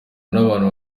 n’abantu